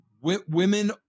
women